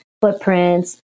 footprints